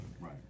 Right